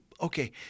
Okay